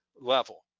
level